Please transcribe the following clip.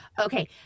Okay